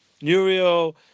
Nuriel